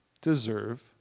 deserve